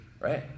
right